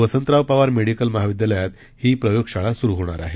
Vasantrao Pawar medical महाविद्यालयात ही प्रयोग शाळा सुरू होणार आहे